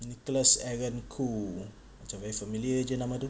nicholas aaron khoo macam familiar jer nama tu